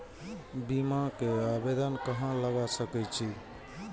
बीमा के आवेदन कहाँ लगा सके छी?